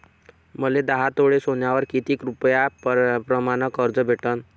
मले दहा तोळे सोन्यावर कितीक रुपया प्रमाण कर्ज भेटन?